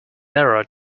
error